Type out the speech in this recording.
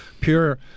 pure